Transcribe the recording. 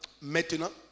Maintenant